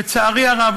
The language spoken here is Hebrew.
לצערי הרב,